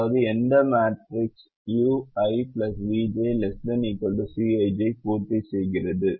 அதாவது இந்த matrix ui vj ≤ Cij ஐ பூர்த்தி செய்கிறது